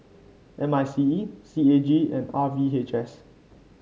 M I C E C A G and R V H S